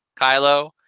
Kylo